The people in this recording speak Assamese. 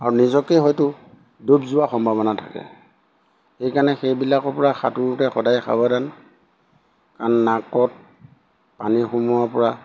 আৰু নিজকে হয়তো ডুব যোৱা সম্ভাৱনা থাকে সেইকাৰণে সেইবিলাকৰ পৰা সাঁতোৰোতে সদায় সাৱধান কাৰণ নাকত পানী সোমাব পৰা